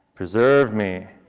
preserve me.